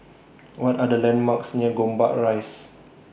What Are The landmarks near Gombak Rise